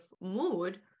mood